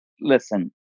listen